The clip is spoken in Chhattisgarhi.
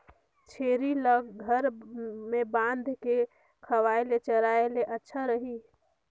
छेरी ल घर म बांध के खवाय ले चराय ले अच्छा रही?